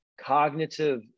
cognitive